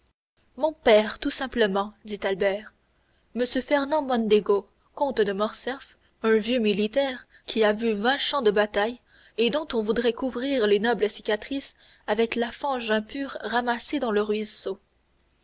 mon père tout simplement dit albert m fernand mondego comte de morcerf un vieux militaire qui a vu vingt champs de bataille et dont on voudrait couvrir les nobles cicatrices avec la fange impure ramassée dans le ruisseau